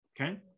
okay